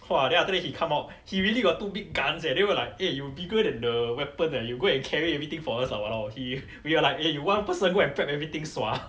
!wah! then after that he come out he really got two big guns leh then we were like eh you bigger than the weapon leh you go and carry everything for us lah !walao! he we were like eh you one person go and prep everything sua